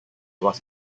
was